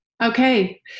Okay